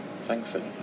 Thankfully